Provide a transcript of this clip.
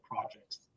projects